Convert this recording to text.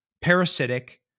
parasitic